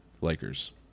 Lakers